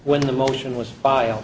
when the motion was file